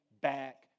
back